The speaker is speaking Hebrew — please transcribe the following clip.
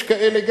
יש גם כאלה,